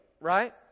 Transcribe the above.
Right